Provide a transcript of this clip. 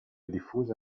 diffuse